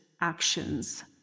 actions